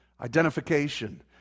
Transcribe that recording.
Identification